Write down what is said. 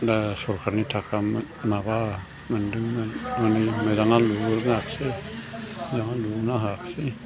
दा सरकारनि थाखा माबा मोन्दोंमोन न'आनो लुना लानो रोङासै न' लुना होआसै